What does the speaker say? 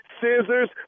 scissors